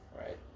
right